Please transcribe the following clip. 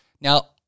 Now